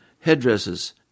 headdresses